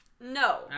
No